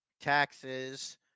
Taxes